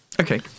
Okay